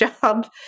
job